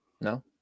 No